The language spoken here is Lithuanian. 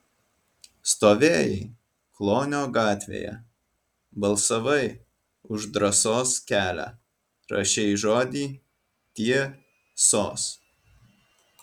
stovėjai klonio gatvėje balsavai už drąsos kelią rašei žodį tie sos